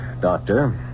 doctor